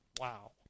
Wow